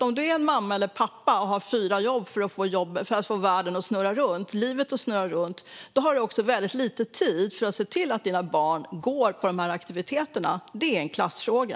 Om du är en mamma eller pappa och har fyra jobb för att få världen och livet att snurra runt har du väldigt lite tid för att se till att dina barn går på aktiviteterna. Det är en klassfråga.